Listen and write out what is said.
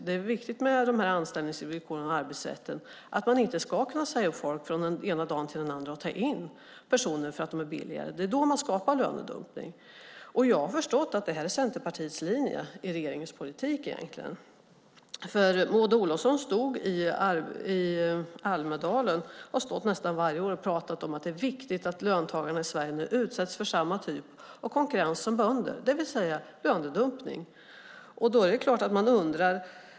Det är viktigt med trygga anställningsvillkor och arbetsrätten för att man inte ska kunna säga upp folk från den ena dagen till den andra och i stället ta in andra personer för att de är billigare. Det är då man skapar lönedumpning. Jag har förstått att detta egentligen är Centerpartiets linje i regeringens politik. Maud Olofsson har nästan varje år stått i Almedalen och pratat om att det är viktigt att löntagare i Sverige nu utsätts för samma typ av konkurrens som bönder, det vill säga lönedumpning.